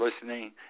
listening